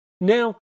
Now